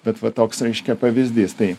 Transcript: bet va toks raiškia pavyzdys tai